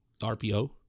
RPO